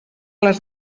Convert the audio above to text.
les